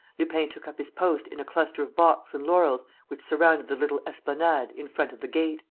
lupin took up his post in a cluster of box and laurels which surrounded the little esplanade in front of the gate.